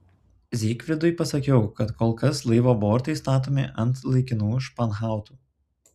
zygfridui pasakiau kad kol kas laivo bortai statomi ant laikinų španhautų